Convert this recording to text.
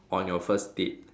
on your first date